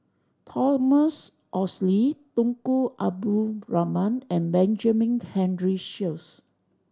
Thomas Oxley Tunku Abdul Rahman and Benjamin Henry Sheares